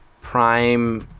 prime